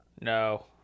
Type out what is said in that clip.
No